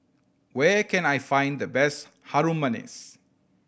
where can I find the best Harum Manis